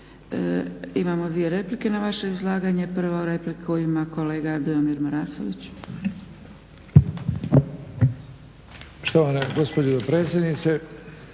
Imamo dvije replike na vaše izlaganje. Prvu repliku ima kolega Dujomir Marasović.